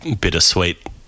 bittersweet